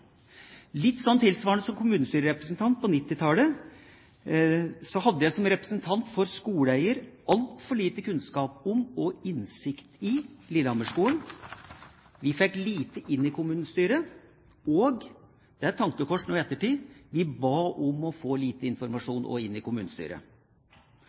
Litt tilsvarende: Som kommunestyrerepresentant på 1990-tallet hadde jeg som representant for skoleeier altfor liten kunnskap om og innsikt i Lillehammer-skolen. Vi fikk lite informasjon i kommunestyret, og – det er et tankekors nå i ettertid – vi ba om å få lite